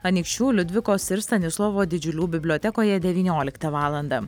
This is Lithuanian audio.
anykščių liudvikos ir stanislovo didžiulių bibliotekoje devynioliktą valandą